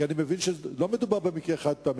כי אני מבין שלא מדובר במקרה חד-פעמי,